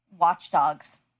watchdogs